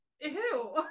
Ew